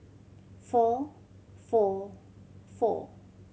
four four four